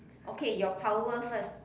okay your power first